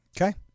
Okay